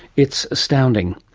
it's astounding.